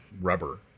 Rubber